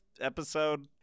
episode